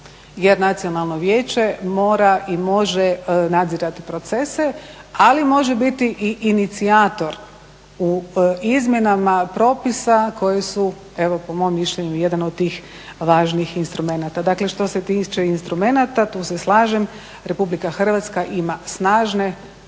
jer Nacionalno vijeće mora o može nadzirati procese, ali može biti i ini9cijator u izmjenama propisa koji su evo po mom mišljenju jedan od tih važnih instrumenata. Dakle, što se tiče instrumenata tu se slažem. Republika Hrvatska ima snažne i